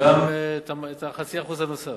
גם את ה-0.5% הנוסף.